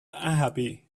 unhappy